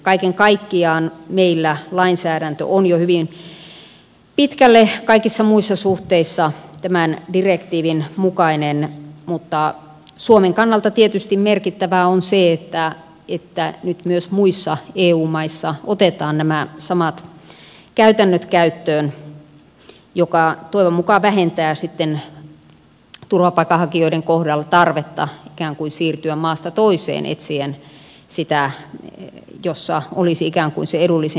kaiken kaikkiaan meillä lainsäädäntö on jo hyvin pitkälle kaikissa muissa suhteissa tämän direktiivin mukainen mutta suomen kannalta tietysti merkittävää on se että nyt myös muissa eu maissa otetaan nämä samat käytännöt käyttöön mikä toivon mukaan vähentää sitten turvapaikanhakijoiden kohdalla tarvetta ikään kuin siirtyä maasta toiseen etsien sitä missä olisi ikään kuin se edullisin lainsäädäntö